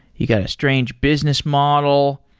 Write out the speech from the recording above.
you got a strange business model.